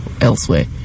elsewhere